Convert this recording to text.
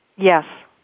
Yes